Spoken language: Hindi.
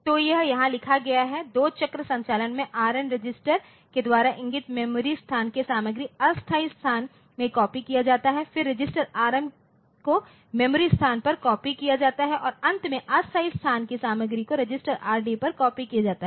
तो यह यहाँ लिखा गया है दो चक्र संचालन में Rn रजिस्टर के द्वारा इंगित मेमोरी स्थान के सामग्री अस्थायी स्थान में कॉपी किया जाता है फिर रजिस्टर Rm को मेमोरी स्थान पर कॉपी किया जाता है और अंत में अस्थायी स्थान की सामग्री को रजिस्टर Rd पर कॉपी किया जाता है